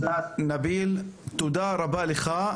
נביל, תודה רבה לך.